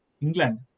England